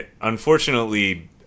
unfortunately